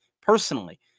personally